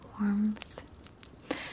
warmth